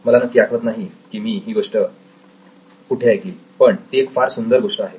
मला नक्की आठवत नाही की मी ही गोष्ट कुठे ऐकली आहे पण ती एक फार सुंदर गोष्ट आहे